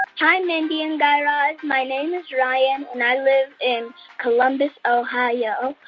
hi. mindy and guy raz. my name is ryan, and i live in columbus, ohio.